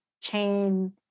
chain